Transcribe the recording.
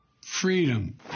Freedom